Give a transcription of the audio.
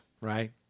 Right